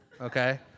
okay